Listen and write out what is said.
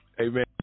Amen